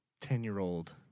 ten-year-old